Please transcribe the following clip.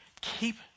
keep